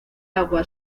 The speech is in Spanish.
agua